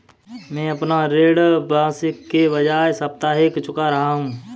मैं अपना ऋण मासिक के बजाय साप्ताहिक चुका रहा हूँ